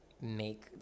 Make